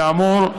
כאמור,